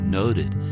noted